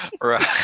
Right